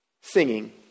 singing